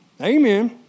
Amen